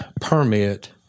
permit